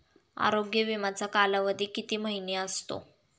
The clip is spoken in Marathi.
आरोग्य विमाचा कालावधी किती महिने असतो?